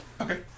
Okay